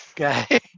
okay